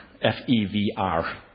F-E-V-R